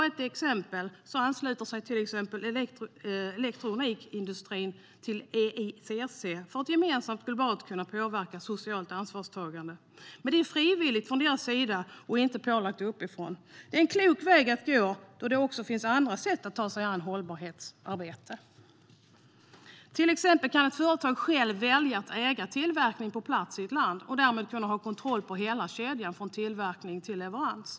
Ett exempel är att elektronikindustrin ansluter sig till EICC för att gemensamt och globalt kunna påverka socialt ansvarstagande. Det är frivilligt från deras sida och inte en pålaga ovanifrån. Det är en klok väg att gå då det också finns andra sätt att ta sig an sitt hållbarhetsarbete. Till exempel kan ett företag välja att äga tillverkningen på plats i ett annat land och därmed ha kontroll på hela kedjan från tillverkning till leverans.